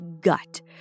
gut